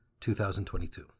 2022